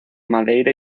madeira